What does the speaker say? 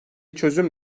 çözüm